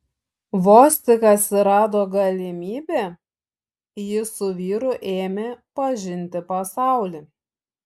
vos tik atsirado galimybė ji su vyru ėmė pažinti pasaulį